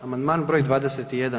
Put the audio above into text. Amandman br. 21.